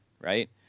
right